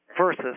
versus